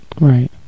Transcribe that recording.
Right